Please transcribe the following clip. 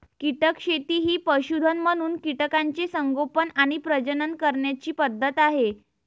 कीटक शेती ही पशुधन म्हणून कीटकांचे संगोपन आणि प्रजनन करण्याची पद्धत आहे